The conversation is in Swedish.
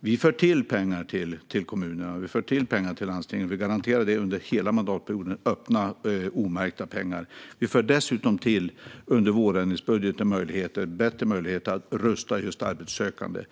Vi för till pengar till kommunerna. Vi för till pengar till landstingen. Vi garanterar det under hela mandatperioden - öppna, omärkta pengar. Vi för dessutom i vårändringsbudgeten till bättre möjligheter att rusta arbetssökande.